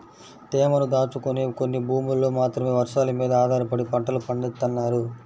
తేమను దాచుకునే కొన్ని భూముల్లో మాత్రమే వర్షాలమీద ఆధారపడి పంటలు పండిత్తన్నారు